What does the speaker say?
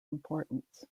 importance